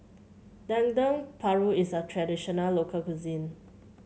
Dendeng Paru is a traditional local cuisine